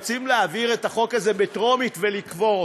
רוצים להעביר את החוק הזה בטרומית ולקבור אותו.